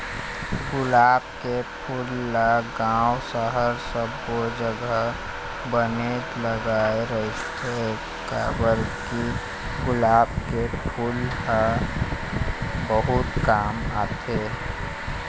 गुलाब के फूल ल गाँव, सहर सब्बो जघा बनेच लगाय रहिथे